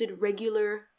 regular